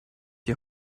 die